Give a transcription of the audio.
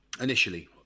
initially